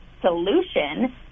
solution